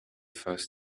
first